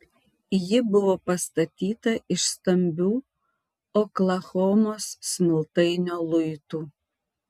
ji buvo pastatyta iš stambių oklahomos smiltainio luitų